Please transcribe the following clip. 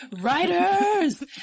Writers